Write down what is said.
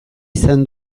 izan